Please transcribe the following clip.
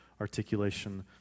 articulation